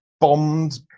bombed